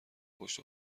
پشت